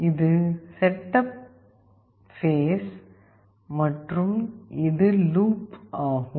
இது setup phase மற்றும் இது லூப் ஆகும்